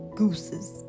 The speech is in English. gooses